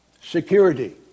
Security